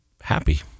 happy